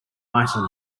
item